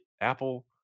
Apple